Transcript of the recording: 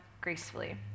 Gracefully